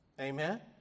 Amen